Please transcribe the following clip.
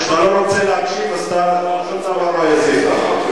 כשאתה לא רוצה להקשיב, אז אתה שום דבר לא יזיז לך.